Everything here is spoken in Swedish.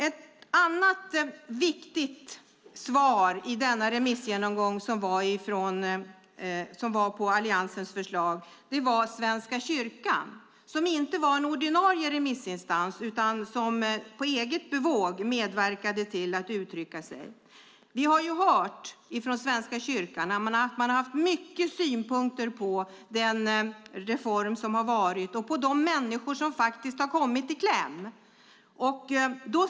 Ett annat viktigt svar i denna av Alliansen föreslagna remissgenomgång kom från Svenska kyrkan som inte var en ordinarie remissinstans utan som på eget bevåg medverkade. Svenska kyrkan har haft många synpunkter på denna reform och när det gäller de människor som faktiskt har kommit i kläm.